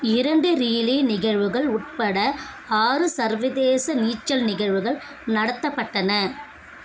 இரண்டு ரியலே நிகழ்வுகள் உட்பட ஆறு சர்வதேச நீச்சல் நிகழ்வுகள் நடத்தப்பட்டன